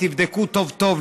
תבדקו טוב-טוב.